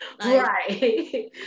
Right